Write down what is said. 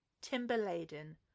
timber-laden